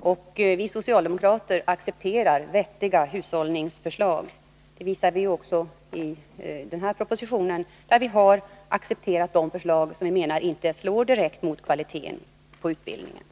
och vi socialdemokrater accepterar vettiga hushållningsförslag. Det visar vi ju också när det gäller den här propositionen, där vi har accepterat de förslag som vi menar inte slår direkt mot kvaliteten på utbildningen.